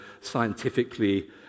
scientifically